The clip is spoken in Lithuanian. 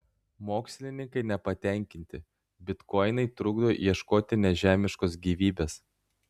mokslininkai nepatenkinti bitkoinai trukdo ieškoti nežemiškos gyvybės